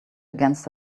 against